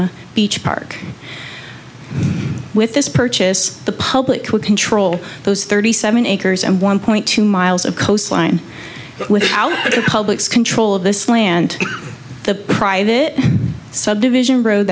wanna beach park with this purchase the public could control those thirty seven acres and one point two miles of coastline with how to publics control of this land the private subdivision road